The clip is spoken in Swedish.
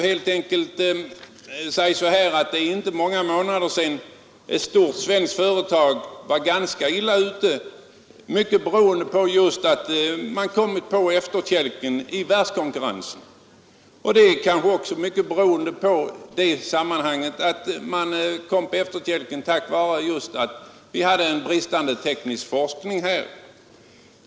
Det är inte många månader sedan ett stort svenskt företag var ganska illa ute, mycket beroende på att man kommit på efterkälken i världskonkurrensen, vilket i sin tur kanske berodde på en bristande teknisk forskning.